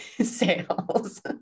sales